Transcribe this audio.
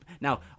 now